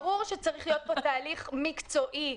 ברור שצריך להיות פה תהליך מקצועי,